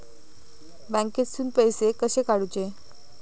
बँकेतून पैसे कसे काढूचे?